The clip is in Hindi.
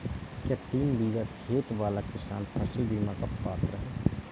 क्या तीन बीघा खेत वाला किसान फसल बीमा का पात्र हैं?